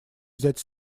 взять